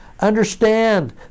understand